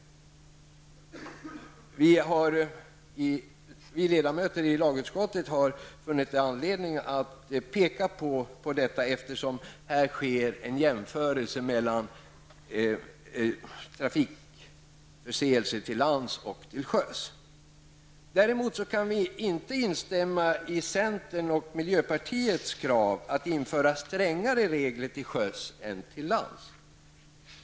Vi ledamöter i lagutskottet har funnit anledning att peka på detta, eftersom här görs en jämförelse mellan trafikförseelser till lands resp. till sjöss. Däremot kan vi inte instämma i centerns och miljöpartiets krav på att införa strängare regler till sjöss än till lands.